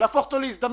ולהפוך אותו להזדמנות.